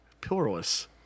pillarless